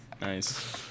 Nice